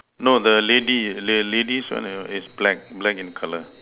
no the lady the lady one is black black in color